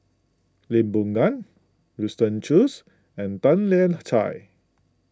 Lee Boon Ngan Winston Choos and Tan Lian Chye